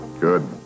Good